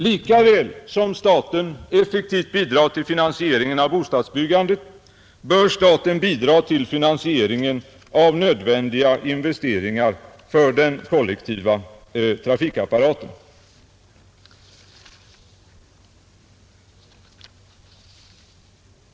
Lika väl som staten effektivt bidrar till finansieringen av bostadsbyggandet bör den bidra till finansieringen av nödvändiga investeringar för den kollektiva trafikapparaten.